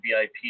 VIP